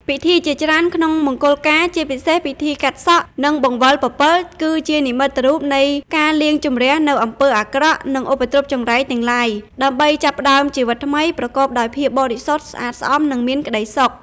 ពិធីជាច្រើនក្នុងមង្គលការ ជាពិសេសពិធី កាត់សក់ និង បង្វិលពពិល គឺជានិមិត្តរូបនៃការលាងជម្រះនូវអំពើអាក្រក់ និងឧបទ្រពចង្រៃទាំងឡាយ ដើម្បីចាប់ផ្តើមជីវិតថ្មីប្រកបដោយភាពបរិសុទ្ធ ស្អាតស្អំ និងមានក្តីសុខ ។